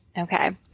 Okay